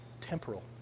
temporal